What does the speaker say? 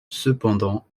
cependant